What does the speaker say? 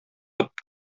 тып